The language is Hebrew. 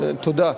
תודה.